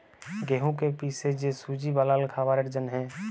গেঁহুকে পিসে যে সুজি বালাল খাবারের জ্যনহে